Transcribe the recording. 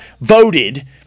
voted